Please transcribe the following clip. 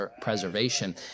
preservation